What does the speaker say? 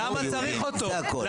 למה צריך אותו?